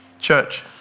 Church